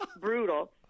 brutal